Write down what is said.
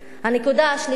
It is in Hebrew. הנקודה השלישית,